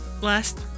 Last